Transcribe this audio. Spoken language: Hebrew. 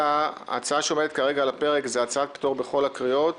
ההצעה שעומדת כרגע על הפרק היא הצעת פטור בכל הקריאות